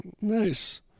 nice